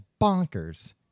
bonkers